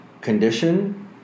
condition